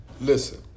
listen